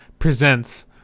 Presents